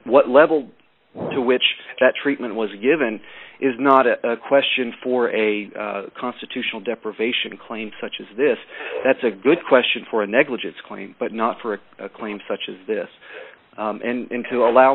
what level to which that treatment was given is not a question for a constitutional deprivation claim such as this that's a good question for a negligence claim but not for a claim such as this and to allow